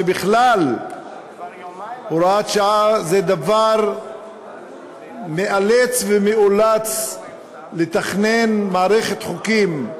ובכלל הוראת שעה זה דבר מאלץ ומאולץ לתכנון מערכת חוקים.